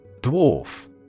Dwarf